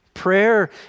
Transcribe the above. Prayer